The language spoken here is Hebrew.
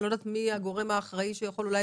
אני לא יודעת מי הגורם האחראי שיכול לענות עליה,